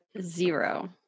zero